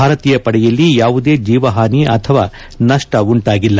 ಭಾರತೀಯ ಪಡೆಯಲ್ಲಿ ಯಾವುದೇ ಜೀವಹಾನಿ ಅಥವಾ ನಷ್ಲ ಉಂಟಾಗಿಲ್ಲ